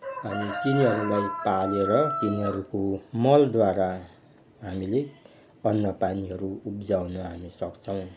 अनि तिनीहरूलाई पालेर पालेर तिनीहरूको मलद्वारा हामीले अन्नपानीहरू हामी उब्जाउन हामीले सक्छौँ